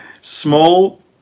small